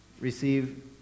receive